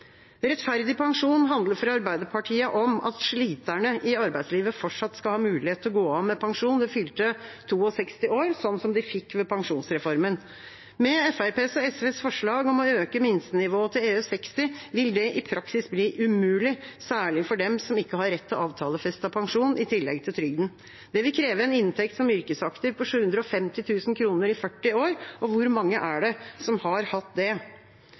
Rettferdig pensjon handler for Arbeiderpartiet om at sliterne i arbeidslivet fortsatt skal ha mulighet til å gå av med pensjon ved fylte 62 år, sånn som de fikk med pensjonsreformen. Med Fremskrittspartiet og SVs forslag om å øke minstenivået til EU60 vil det i praksis bli umulig, særlig for dem som ikke har rett til avtalefestet pensjon i tillegg til trygden. Det vil kreve en inntekt som yrkesaktiv på 750 000 kroner i 40 år. Hvor mange er det som har hatt det?